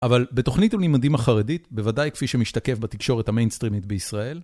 אבל בתוכנית על לימדים החרדית, בוודאי כפי שמשתקף בתקשורת המיינסטרימית בישראל